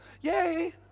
Yay